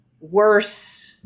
worse